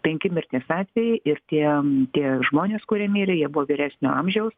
penki mirties atvejai ir tie tie žmonės kurie mirė jie buvo vyresnio amžiaus